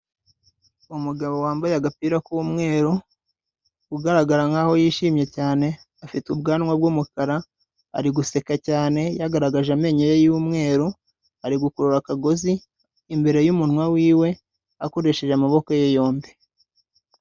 Umugabo wambaye agapira k'umweru, ugaragara nk'aho yishimye cyane, afite ubwanwa bw'umukara, ari guseka cyane yagaragaje amenyo ye y'umweru, ari gukurura akagozi imbere y'umunwa wiwe akoresheje amaboko ye yombi.